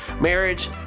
marriage